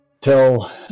tell